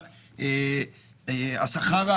השכר של